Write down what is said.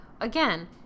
Again